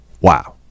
Wow